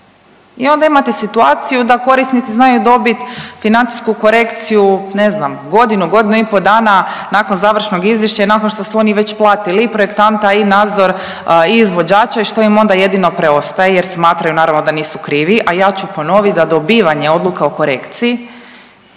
i onda imate situaciju da korisnici znaju dobit financijsku korekciju, ne znam, godinu, godinu i pol dana nakon završnog izvješća i nakon što su oni već platili projekta i nadzor i izvođača i što im onda jedino preostaje jer smatraju, naravno, da nisu krivi, a ja ću ponovit da dobivanje odluka o korekciji,